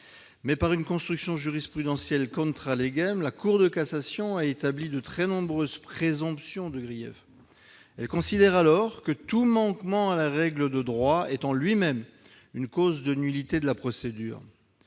Mais, par une construction jurisprudentielle, la Cour de cassation a établi de très nombreuses présomptions de grief. Elle considère ainsi que tout manquement à la règle de droit est, en lui-même, une cause de nullité de la procédure.